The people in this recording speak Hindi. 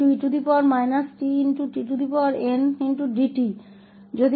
फिर हमारे पास 0e tdn 1dtn 1dt है